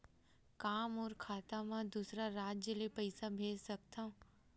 का मोर खाता म दूसरा राज्य ले पईसा भेज सकथव?